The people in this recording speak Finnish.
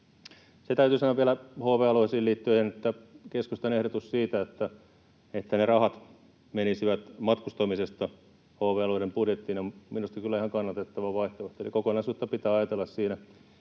Se täytyy sanoa vielä HV-alueisiin liittyen, että keskustan ehdotus siitä, että ne rahat menisivät matkustamisesta HV-alueiden budjettiin, on minusta kyllä ihan kannatettava vaihtoehto. Kokonaisuutta pitää ajatella siinä,